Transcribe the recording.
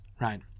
right